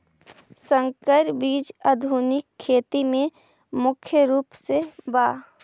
संकर बीज आधुनिक खेती में मुख्य रूप से बा